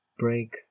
Break